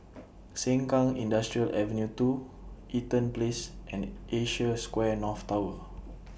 Sengkang Industrial Avenue two Eaton Place and Asia Square North Tower